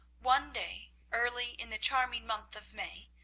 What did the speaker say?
one day, early in the charming month of may,